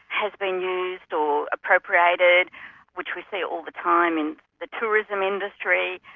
has been used or appropriated which we see all the time in the tourism industry,